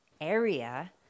area